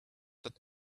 that